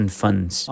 funds